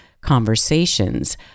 conversations